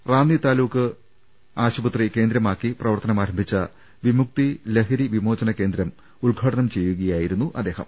റാന്നി താലൂക്ക് ആശു പത്രി കേന്ദ്രമാക്കി പ്രവർത്തന മാരം ഭിച്ച വിമുക്തി ലഹരി വിമോചനകേന്ദ്രം ഉദ്ഘാടനം ചെയ്യുകയായിരുന്നു അദ്ദേഹം